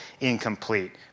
incomplete